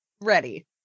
ready